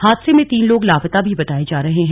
हादसे में तीन लोग लापता भी बताए जा रहे हैं